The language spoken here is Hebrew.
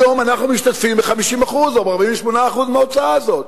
היום אנחנו משתתפים ב-50% או ב-48% מההוצאה הזאת.